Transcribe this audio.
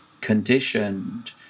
conditioned